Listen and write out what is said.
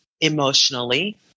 emotionally